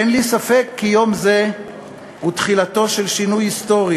אין לי ספק כי יום זה הוא תחילתו של שינוי היסטורי,